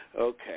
Okay